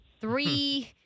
Three